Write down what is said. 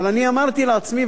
אבל אני אמרתי לעצמי,